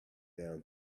down